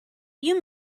you